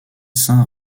saint